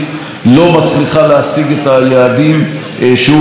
מצליחה להשיג את היעדים שהוא רואה לנכון,